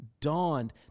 dawned